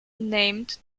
named